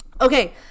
okay